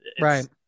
Right